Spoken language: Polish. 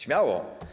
Śmiało.